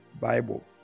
Bible